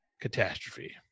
catastrophe